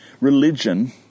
Religion